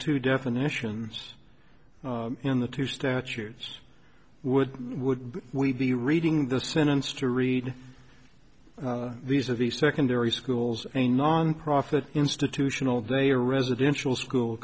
two definitions in the two statutes would would we be reading the sentence to read these are the secondary schools a nonprofit institutional day or residential school